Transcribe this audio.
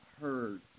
heard